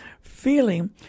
feeling